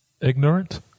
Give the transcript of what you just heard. Ignorant